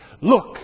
Look